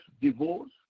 divorce